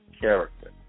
character